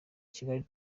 kigali